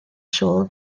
siôl